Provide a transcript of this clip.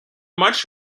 much